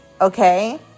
Okay